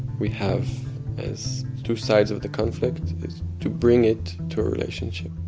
we have as two sides of the conflict. it's to bring it to a relationship.